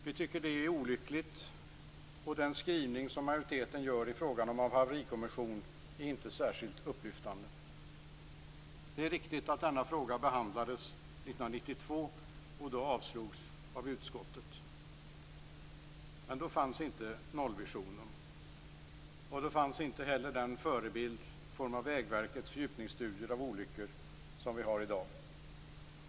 Vi tycker att det är olyckligt, och majoritetens skrivning i frågan om en haverikommission är inte särskilt upplyftande. Det är riktigt att denna fråga behandlades 1992 och då avslogs av utskottet. Men då fanns inte nollvisionen. Då fanns heller inte den förebild i form av Vägverkets fördjupningsstudier av olyckor som vi har i dag.